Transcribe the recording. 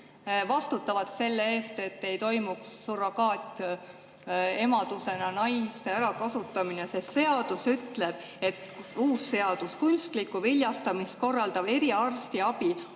vastutavad selle eest, et ei toimuks surrogaatemadusena naiste ärakasutamine. Sest uus seadus ütleb: kunstlikku viljastamist korraldav eriarstiabi